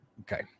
Okay